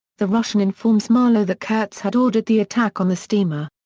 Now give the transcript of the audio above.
the russian informs marlow that kurtz had ordered the attack on the steamer.